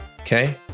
okay